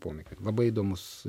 pomėgio labai įdomus